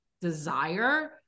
desire